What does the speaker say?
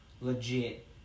legit